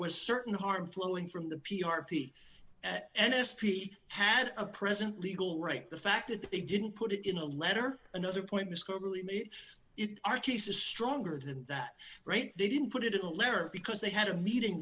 was certain harm flowing from the p r p n s p had a present legal right the fact that they didn't put it in a letter another point discovery made it our case is stronger than that right they didn't put it in the letter because they had a meeting